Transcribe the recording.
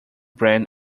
brand